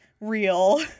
real